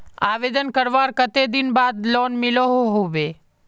आवेदन करवार कते दिन बाद लोन मिलोहो होबे?